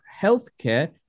healthcare